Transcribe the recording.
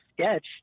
sketch